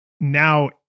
Now